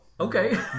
Okay